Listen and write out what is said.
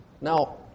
Now